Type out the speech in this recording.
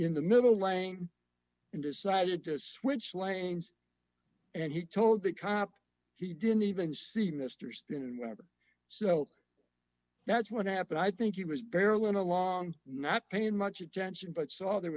in the middle lane and decided to switch lanes and he told the cop he didn't even see mr stern and whatever so that's what happened i think he was barreling along not paying much attention but saw there